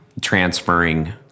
transferring